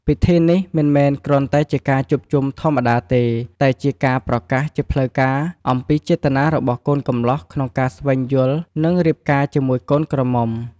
ពិធីនេះមិនមែនគ្រាន់តែជាការជួបជុំធម្មតាទេ តែជា ការប្រកាសជាផ្លូវការ អំពីចេតនារបស់កូនកំលោះក្នុងការ ស្វែងយល់ និង រៀបការ ជាមួយកូនក្រមុំ។